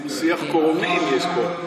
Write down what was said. דו-שיח כורמים יש פה.